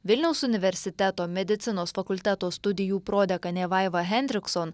vilniaus universiteto medicinos fakulteto studijų prodekanė vaiva hendrikson